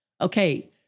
Okay